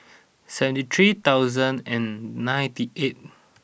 seventy three thousand and ninety eight